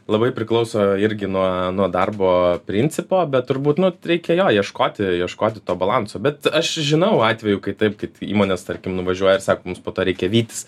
labai priklauso irgi nuo nuo darbo principo bet turbūt nu reikia jo ieškoti ieškoti to balanso bet aš žinau atvejų kai taip kad įmonės tarkim nuvažiuoja ir sako mums po to reikia vytis